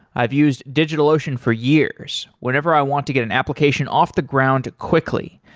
i've used digitalocean for years whenever i want to get an application off the ground quickly,